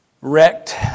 Wrecked